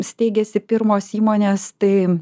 steigėsi pirmos įmonės tai